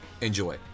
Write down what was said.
enjoy